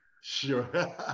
Sure